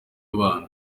abantu